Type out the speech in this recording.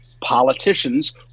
politicians